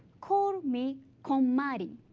call me konmari.